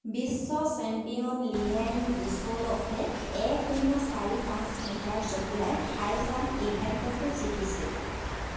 বিশ্ব champion লিয়েন গিছ'লফে এক শূন্য চাৰি পাঁচ মিটাৰ জঁপিয়াই হাই জাম্প ইভেণ্টটো জিকিছিল